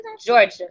Georgia